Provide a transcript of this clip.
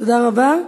תודה רבה.